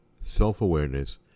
self-awareness